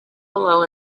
below